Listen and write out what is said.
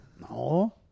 no